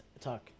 talk